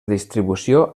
distribució